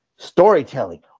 Storytelling